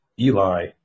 Eli